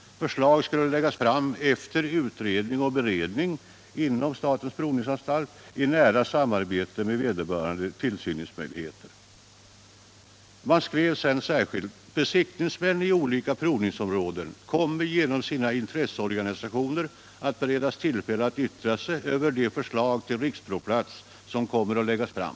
Förslag skulle läggas fram efter utredning och beredning inom SP i nära samarbete med vederbörande tillsynsmyndigheter. Det framhölls vidare: Besiktningsmännen i olika provningsområden kommer genom sina intresseorganisationer att beredas tillfälle att yttra sig över de förslag till riksprovplats som kommer att läggas fram.